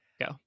go